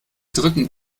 drücken